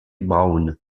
brown